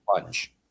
punch